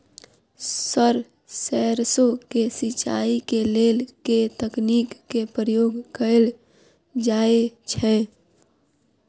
Sir सैरसो केँ सिचाई केँ लेल केँ तकनीक केँ प्रयोग कैल जाएँ छैय?